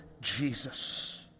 Jesus